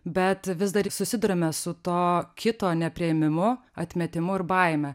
bet vis dar susiduriame su to kito nepriėmimu atmetimu ir baime